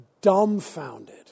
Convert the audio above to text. dumbfounded